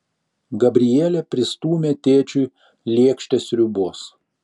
gabrielė pristūmė tėčiui lėkštę sriubos